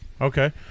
Okay